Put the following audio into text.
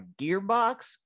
Gearbox